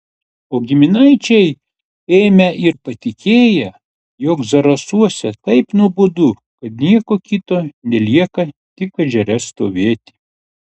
o giminaičiai ėmę ir patikėję jog zarasuose taip nuobodu kad nieko kito nelieka tik ežere stovėti